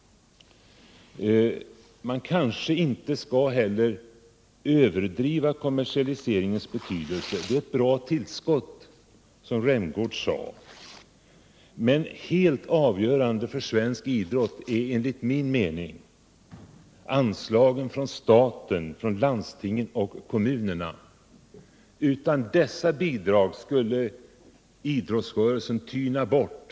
Man kanske inte heller skall överdriva kommersialiseringens betydelse. Den är ett bra tillskott, som Rolf Rämgård sade. Helt avgörande för svensk idrott är enligt min mening anslagen från staten, landstingen och kommunerna. Utan dessa bidrag skulle idrottsrörelsen tyna bort.